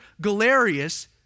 Galerius